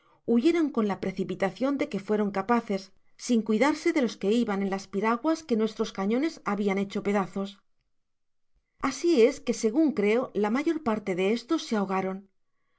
huyeron con la precipitacion de que faerou capaces sin cuidarse de los que iban en las pira guas quo nuestros callones habian hecho pedazos asi es que segun creo la mayor parte de estos se ahogaron